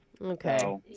Okay